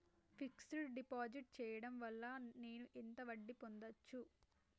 Fix డ్ deposit చేయటం వల్ల నేను ఎంత వడ్డీ పొందచ్చు?